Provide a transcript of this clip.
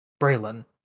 braylon